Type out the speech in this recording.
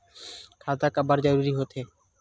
खाता काबर जरूरी हो थे?